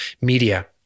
media